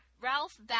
Ralph